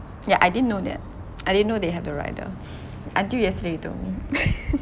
yeah I didn't know that I didn't know they have the rider until yesterday you told me